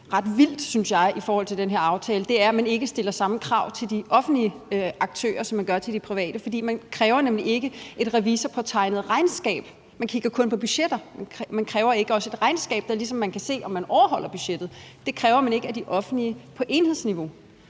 ret vilde, synes jeg, er, at man ikke stiller samme krav til de offentlige aktører, som man gør til de private, for man kræver nemlig ikke et revisorpåtegnet regnskab. Man kigger kun på budgetter. Man kræver ikke også et regnskab, hvor man ligesom kan se, om man overholder budgettet. Det kræver man ikke af de offentlige aktører på enhedsniveau.